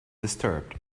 disturbed